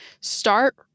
Start